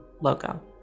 logo